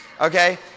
Okay